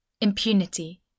Impunity